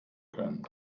können